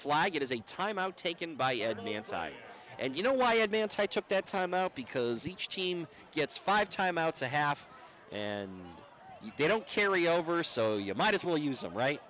flag it is a timeout taken by any inside and you know why advantage took that time out because each team gets five timeouts a half and you don't carry over so you might as well use a right